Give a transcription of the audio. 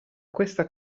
questa